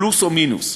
פלוס או מינוס,